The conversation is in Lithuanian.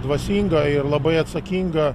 dvasinga ir labai atsakinga